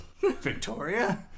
Victoria